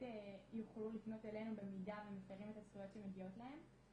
ויוכלו לפנות אלינו במידה ומפרים את הזכויות שמגיעות להם.